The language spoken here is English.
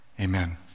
Amen